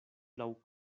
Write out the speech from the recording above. laŭ